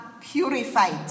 purified